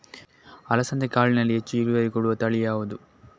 ಅಲಸಂದೆ ಕಾಳಿನಲ್ಲಿ ಹೆಚ್ಚು ಇಳುವರಿ ಕೊಡುವ ತಳಿ ಯಾವುದು?